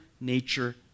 nature